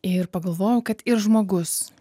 ir pagalvojau kad ir žmogus